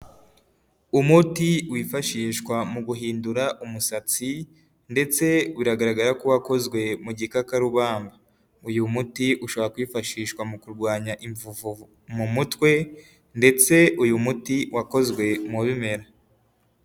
Umuti wifashishwa mu guhindura umusatsi ndetse biragaragara ko wakozwe mu gikakarubamba, uyu muti ushabora kwifashishwa mu kurwanya imvuvu mu mutwe ndetse uyu muti wakozwe mu bimera.